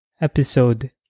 episode